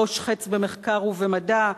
ראש חץ במחקר ובמדע,